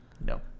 No